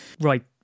Right